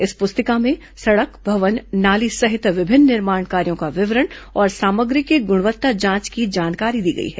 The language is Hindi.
इस पुस्तिका में सड़क भवन नाली सहित विभिन्न निर्माण कार्यो का विवरण और सामग्री की गुणवत्ता जांच की जानकारी दी गई है